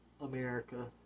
America